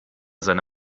seine